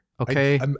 Okay